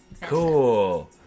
Cool